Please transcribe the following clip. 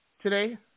today